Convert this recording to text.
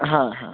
হ্যাঁ হ্যাঁ